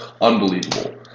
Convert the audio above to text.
unbelievable